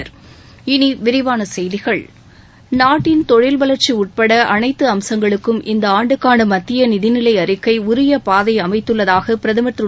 இனி விரிவான செய்திகள் நாட்டின் தொழில் வளர்ச்சி உட்பட அனைத்து அம்சங்களுக்கும் இந்த ஆண்டுக்கான மத்திய நிதிநிலை அறிக்கை உரிய பாதை அமைத்துள்ளதாக பிரதமர் திரு